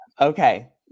Okay